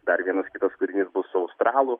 dar vienas kitas kurinys bus su australu